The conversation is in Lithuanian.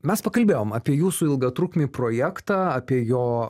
mes pakalbėjom apie jūsų ilgatrukmį projektą apie jo